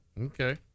Okay